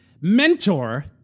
mentor